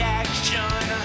action